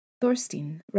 Thorstein